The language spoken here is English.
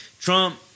Trump